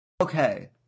Okay